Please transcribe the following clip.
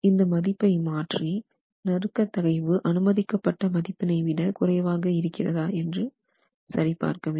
இந்த மதிப்பு மாற்றி நறுக்க தகைவு அனுமதிக்கப்பட்ட மதிப்பினை விட குறைவாக இருக்கிறதா என்று சரி பார்க்க வேண்டும்